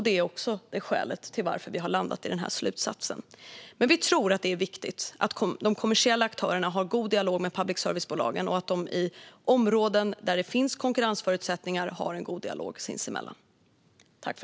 Det är också ett skäl till att vi har landat i denna slutsats. Vi tror att det är viktigt att de kommersiella aktörerna har en god dialog med public service-bolagen och att de har det på de områden där det finns konkurrensförutsättningar.